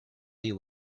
you